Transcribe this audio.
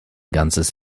ganzes